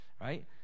right